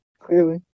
clearly